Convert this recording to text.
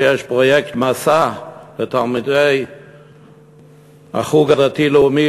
שיש פרויקט "מסע" לתלמידי החוג הדתי-לאומי,